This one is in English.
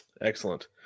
Excellent